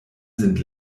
sind